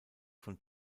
von